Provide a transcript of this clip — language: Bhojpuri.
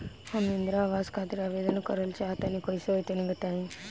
हम इंद्रा आवास खातिर आवेदन करल चाह तनि कइसे होई तनि बताई?